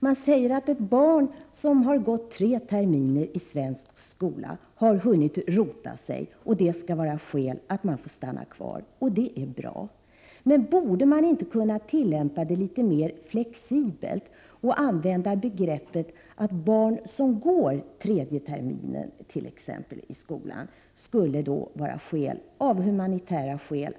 Man säger att ett barn som har gått tre terminer i svensk skola har hunnit rota sig och att det skall vara skäl för att få stanna kvar. Det är bra. Men borde man inte kunna tillämpa denna bestämmelse litet mer flexibelt, t.ex. att barn som går tredje terminen i svensk skola skulle få stanna i Sverige av humanitära skäl?